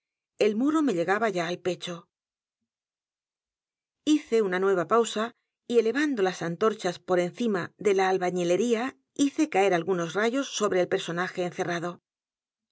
el muro me llegaba ya al pecho hice una nueva pausa y elevando las antorchas por encima de la albañilería hice caer algunos rayos sobre el personaje encerrado